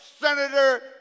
Senator